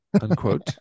Unquote